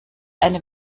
eine